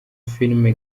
filime